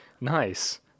Nice